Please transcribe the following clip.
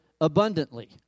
abundantly